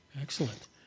Excellent